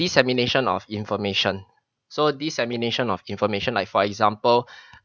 dissemination of information so dissemination of information like for example